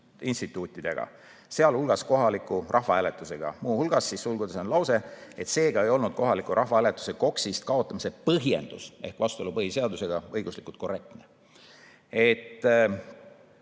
instituutidega, sealhulgas kohaliku rahvahääletusega. Sulgudes oli lause, et seega ei olnud kohaliku rahvahääletuse KOKS‑ist kaotamise põhjendus ehk vastuolu põhiseadusega õiguslikult korrektne. Mina